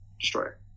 destroyer